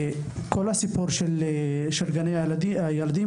כל הסיפור של גני הילדים,